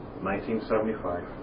1975